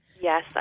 yes